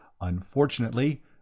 Unfortunately